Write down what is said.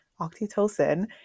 oxytocin